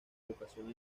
educación